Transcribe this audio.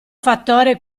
fattore